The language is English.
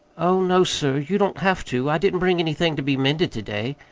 oh, no, sir, you don't have to. i didn't bring anything to be mended to-day.